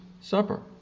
Supper